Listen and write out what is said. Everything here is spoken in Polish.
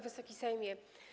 Wysoki Sejmie!